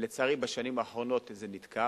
לצערי בשנים האחרונות זה נתקע.